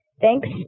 thanks